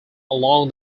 along